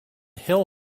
hill